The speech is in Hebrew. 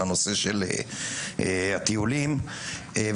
על הנושא של הטיולים והטקסים.